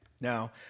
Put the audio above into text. Now